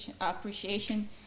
appreciation